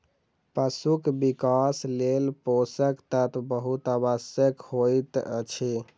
पशुक विकासक लेल पोषक तत्व बहुत आवश्यक होइत अछि